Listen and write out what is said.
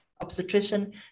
obstetrician